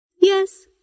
Yes